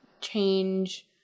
change